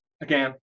again